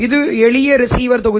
இது ஒரு எளிய ரிசீவர் தொகுதி